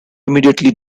immediately